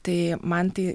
tai man tai